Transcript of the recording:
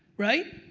right?